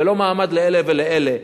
ולא מעמד לאלה ואלה.